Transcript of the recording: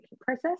process